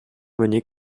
menée